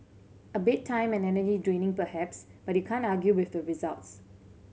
a bit time and energy draining perhaps but you can't argue with the results